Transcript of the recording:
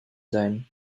sein